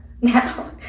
now